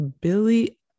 billy